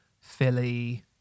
Philly